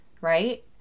right